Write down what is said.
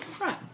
Right